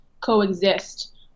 coexist